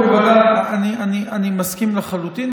אני מסכים לחלוטין.